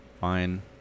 Fine